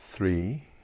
three